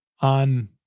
on